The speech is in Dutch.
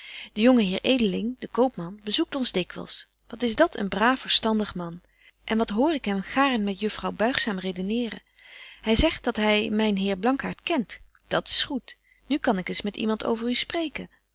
jonge heer edeling de koopman bezoekt ons dikwyls wat is dat een braaf verstandig man en wat hoor ik hem gaarn met juffrouw buigzaam redeneeren hy zegt dat hy myn heer blankaart kent dat's goed nu kan ik eens met iemand over u spreken